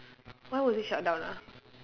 why was it shut down ah